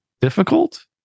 difficult